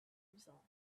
resolved